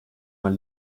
man